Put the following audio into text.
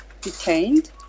detained